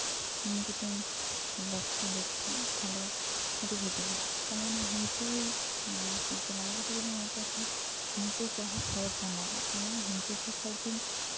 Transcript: ᱤᱧ ᱡᱩᱫᱤᱧ ᱵᱮᱵᱥᱟ ᱞᱮᱠᱷᱟᱡ ᱛᱟᱞᱦᱮ ᱟᱹᱰᱤ ᱵᱷᱟᱜᱮ ᱵᱩᱡᱷᱟᱹᱜᱼᱟ ᱡᱮᱢᱚᱱ ᱱᱤᱡᱮ ᱥᱚᱵᱡᱤ ᱞᱟᱜᱟᱣ ᱠᱟᱛᱮ ᱱᱤᱡᱮ ᱡᱟᱦᱟᱸ ᱠᱷᱚᱨᱚᱡ ᱨᱮ ᱞᱟᱜᱟᱜ ᱛᱟᱢᱟ ᱱᱤᱡᱮ ᱛᱮ ᱠᱷᱚᱡ ᱜᱮ